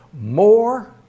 More